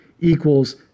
equals